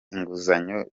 inguzanyo